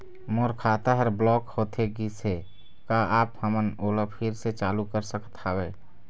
मोर खाता हर ब्लॉक होथे गिस हे, का आप हमन ओला फिर से चालू कर सकत हावे?